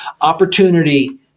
opportunity